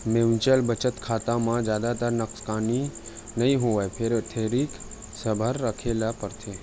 mutual बचत खाता म जादातर नसकानी नइ होवय फेर थोरिक सबर राखे ल परथे